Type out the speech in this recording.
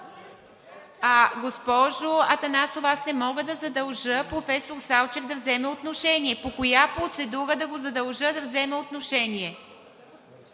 Госпожо Атанасова, не мога да задължа професор Салчев да вземе отношение. По коя процедура да го задължа да вземе отношение?